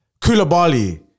Kulabali